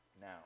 now